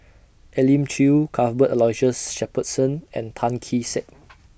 Elim Chew Cuthbert Aloysius Shepherdson and Tan Kee Sek